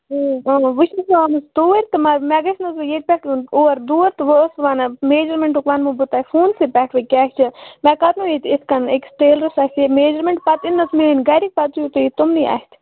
اَوا آمٕتۍ توٗرۍ تہٕ مےٚ گژھِ نہٕ حظ وۄنۍ ییٚتہِ پٮ۪ٹھ یُن اور دور تہٕ وۄنۍ ٲسٕس وَنان میجَرمٮ۪نٹُک وَنمو بہٕ تۄہہِ فونسٕے پٮ۪ٹھ وۄنۍ کیٛاہ چھِ مےٚ کرنو ییٚتہِ یِتھ کَن أکِس ٹیلرَس اَتھِ یہِ میجَرمٮ۪نٛٹ پَتہٕ اِنَس میٛٲنۍ گَرِکۍ پتہٕ تُہۍ تِمنٕے اَتھِ